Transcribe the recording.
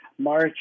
March